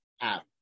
app